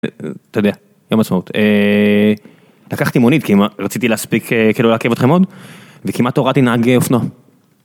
אתה יודע, יום עצמאות. לקחתי מונית, כי רציתי להספיק, כאילו לא לעכב אתכם עוד וכמעט הורדתי נהג אופנוע.